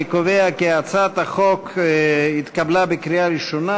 אני קובע כי הצעת החוק התקבלה בקריאה ראשונה